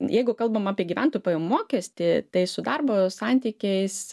jeigu kalbam apie gyventojų pajamų mokestį tai su darbo santykiais